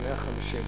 בני ה-50,